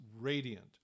radiant